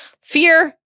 Fear